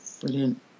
Brilliant